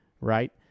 right